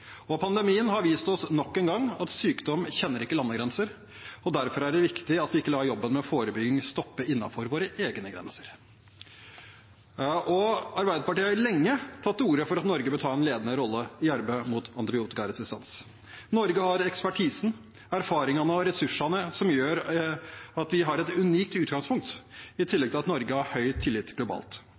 nok en gang vist oss at sykdom ikke kjenner landegrenser, og derfor er det viktig at vi ikke lar jobben med forebygging stoppe innenfor våre egne grenser. Arbeiderpartiet har lenge tatt til orde for at Norge bør ta en ledende rolle i arbeidet mot antibiotikaresistens. Norge har ekspertisen, erfaringene og ressursene som gjør at vi har et unikt utgangspunkt, i tillegg til at Norge har høy tillit globalt.